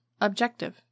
objective